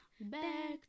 back